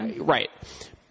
right